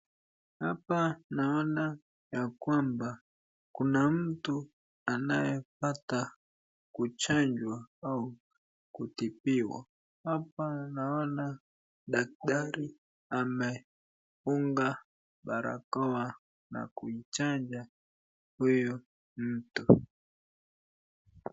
Hapa naona ya kwamba kuna mtu anayepata kuchanjwa au kutibiwa. Hapa naona daktari amefunga barakoa na kuchanja huyu mtu.